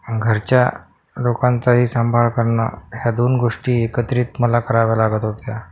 घरच्या लोकांचाही सांभाळ करणं या दोन गोष्टी एकत्रित मला कराव्या लागत होत्या